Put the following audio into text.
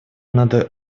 надо